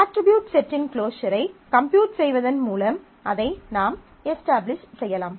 attribute செட்டின் க்ளோஸரை compute செய்வதன் மூலம் அதை நாம் எஸ்டாபிளிஷ் செய்யலாம்